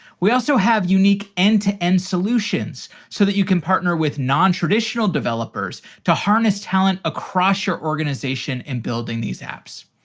we also have unique end-to-end solutions, so that you can partner with nontraditional developers to harness talent across your organization in building these apps.